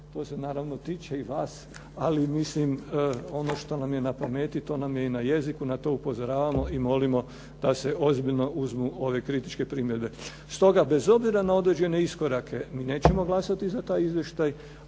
To se naravno tiče i vas. Ali mislim ono što nam je na pameti to nam je i na jeziku. Na to upozoravamo i molimo da se ozbiljno uzmu ove kritičke primjedbe. Stoga bez obzira na određene iskorake mi nećemo glasati za taj izvještaj.